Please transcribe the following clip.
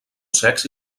secs